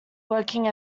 working